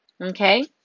okay